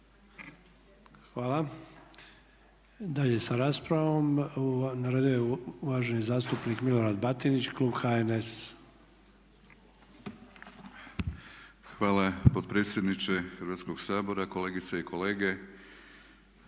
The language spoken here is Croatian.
Hvala. Dalje sa raspravom, na redu je uvaženi zastupnik Milorad Batinić klub HNS-a. **Batinić, Milorad (HNS)** Hvala potpredsjedniče Hrvatskog sabora. Kolegice i kolege,